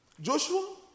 Joshua